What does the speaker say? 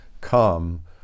come